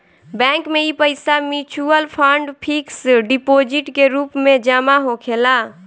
bank में इ पईसा मिचुअल फंड, फिक्स डिपोजीट के रूप में जमा होखेला